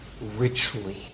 richly